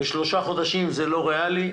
לכן שלושה חודשים זה לא ריאלי.